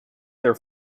their